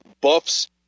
Buffs